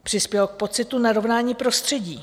Přispělo k pocitu narovnání prostředí.